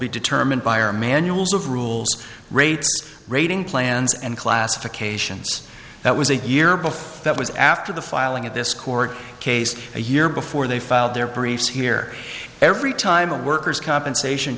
be determined by our manuals of rules rates rating plans and classifications that was a year before that was after the filing of this court case a year before they filed their briefs here every time a worker's compensation